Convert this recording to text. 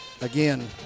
again